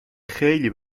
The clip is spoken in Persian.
خیلی